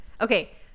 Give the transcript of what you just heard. Okay